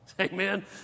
Amen